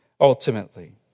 ultimately